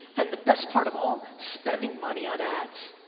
and the best part of all, spending money on ads.